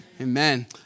Amen